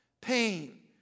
pain